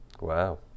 Wow